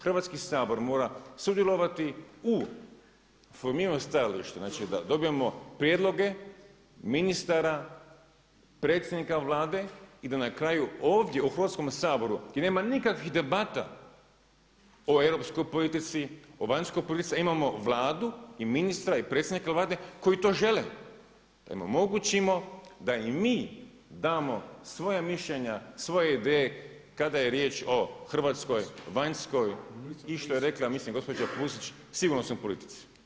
Hrvatski sabor mora sudjelovati u formiranju stajališta znači da dobijamo prijedloge ministara, predsjednika Vlade i da na kraju ovdje u Hrvatskome saboru gdje nema nikakvih debata o europskoj politici, o vanjskoj politici a imamo Vladu i ministra i predsjednika Vlade koji to žele da im omogućimo da i mi damo svoja mišljenja, svoje ideje kada je riječ o hrvatskoj vanjskoj i što je rekla mislim gospođa Pusić, sigurnosnoj politici.